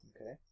Okay